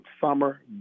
Summer